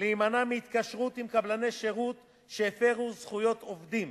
להימנע מהתקשרות עם קבלני שירות שהפירו זכויות העובדים.